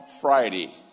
Friday